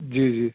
جی جی